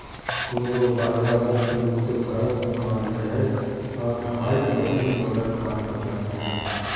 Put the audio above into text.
कोदो बाजरा मुख्य रूप से भारत मे पाल जा हय आर हाई प्रोटीन वाला खाद्य पदार्थ हय